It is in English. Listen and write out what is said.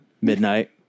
midnight